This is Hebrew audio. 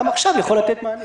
גם עכשיו יכול לתת מענה.